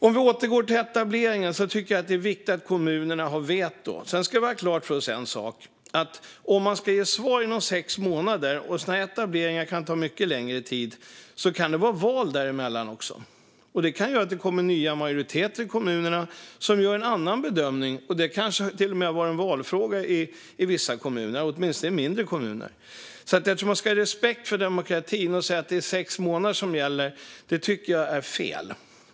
Låt mig återgå till etableringar. Det är viktigt att kommunerna har vetorätt. Men vi ska ha en sak klar för oss. Om man ska ge svar inom sex månader - en etablering kan ta mycket längre tid - kan det hända att det blir val under tiden. Kanske blir det nya majoriteter i kommunerna som gör en annan bedömning. Det kanske till och med har varit en valfråga i vissa kommuner, åtminstone i mindre kommuner. Jag tycker att man ska ha respekt för demokratin. Att säga att det är sex månader som ska gälla blir fel.